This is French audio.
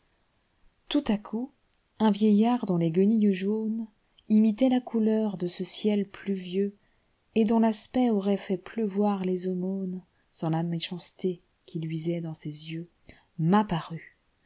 tout à coup un vieillard dont les guenilles jaunesimitaient la couleur de ce ciel pluvieux et dont l'aspect aurait fait pleuvoir les aumônes sans la méchanceté qui luisait dans ses yeux m'apparut